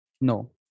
No